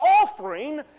offering